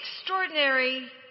extraordinary